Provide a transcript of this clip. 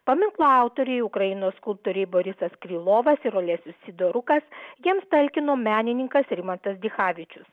paminklo autoriai ukrainos skulptoriai borisas krylovas ir olesis sidorukas jiems talkino menininkas rimantas dichavičius